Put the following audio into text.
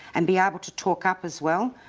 and be able to talk up as well.